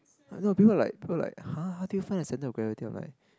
I know people like people like [huh] how do you find the center of gravity I'm like